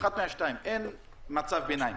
אחת מהשתיים, אין מצב ביניים.